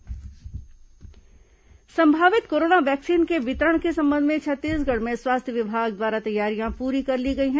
corona समाचार जागरूकता संभावित कोरोना वैक्सीन के वितरण के संबंध में छत्तीसगढ़ में स्वास्थ्य विभाग द्वारा तैयारियां पूरी कर ली गई हैं